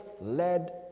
led